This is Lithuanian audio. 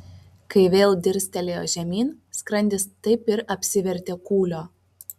kai vėl dirstelėjo žemyn skrandis taip ir apsivertė kūlio